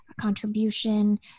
contribution